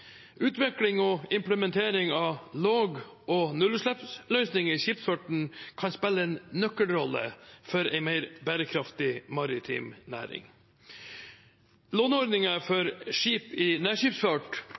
Utvikling og implementering av lav- og nullutslippsløsninger i skipsfarten kan spille en nøkkelrolle for en mer bærekraftig maritim næring.